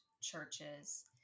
churches